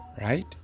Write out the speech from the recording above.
Right